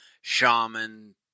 shaman